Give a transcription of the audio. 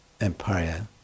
empire